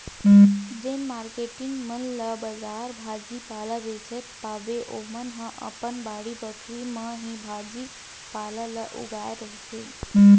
जेन मारकेटिंग मन ला बजार भाजी पाला बेंचत पाबे ओमन ह अपन बाड़ी बखरी म ही भाजी पाला ल उगाए रहिथे